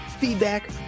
feedback